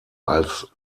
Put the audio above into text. als